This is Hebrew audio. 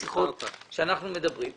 בשיחות שאנחנו מנהלים.